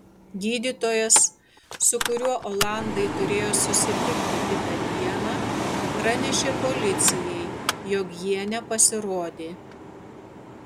gydytojas su kuriuo olandai turėjo susitikti kitą dieną pranešė policijai jog jie nepasirodė